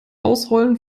ausrollen